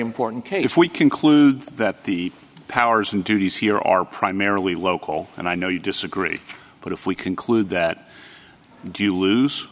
important case if we conclude that the powers and duties here are primarily local and i know you disagree but if we conclude that do you lose